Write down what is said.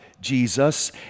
Jesus